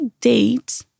date